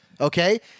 okay